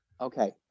Okay